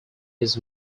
his